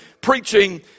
preaching